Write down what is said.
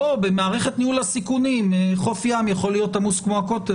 במערכת ניהול הסיכונים חוף ים יכול להיות עמוס כמו הכותל